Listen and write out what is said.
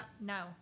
no